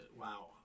wow